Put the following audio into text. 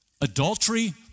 adultery